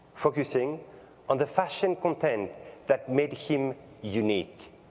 producing and fashion content that made him unique.